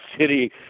City